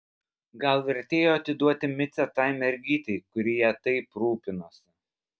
gal vertėjo atiduoti micę tai mergytei kuri ja taip rūpinosi